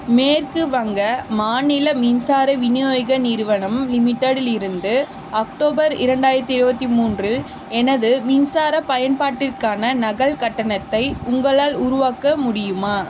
மேற்குவங்க மாநில மின்சார விநியோக நிறுவனம் லிமிட்டெடிலிருந்து அக்டோபர் இரண்டாயிரத்தி இருபத்தி மூன்றில் எனது மின்சார பயன்பாட்டிற்கான நகல் கட்டணத்தை உங்களால் உருவாக்க முடியுமா